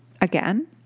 again